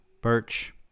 Birch